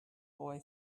boy